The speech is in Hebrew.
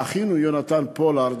משהו לאחינו יונתן פולארד,